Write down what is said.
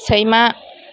सैमा